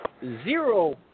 zero